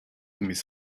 miss